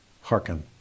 hearken